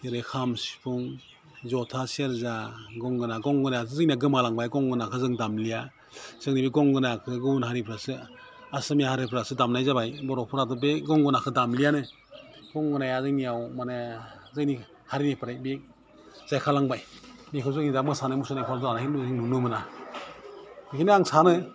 जेरै खाम सिफुं ज'था सेरजा गंगोना गंगोनायाथ' जोंनिया गोमालांबाय गंगोनाखो जों दामलिया जोंनि बे गंगोनाखो गुबुन हारिफ्रासो आसामिया हारिफ्रासो दामनाय जाबाय बर'फ्राथ' बे गंगोनाखो दामलियानो गंगोनाया जोंनियाव माने जोंनि हारिनिफ्राय बियो जायखारलांबाय बेखौ जोंनि दा मोसानाय मुसुरनायफ्राव दामनाय नुनो मोना बेखौनो आं सानो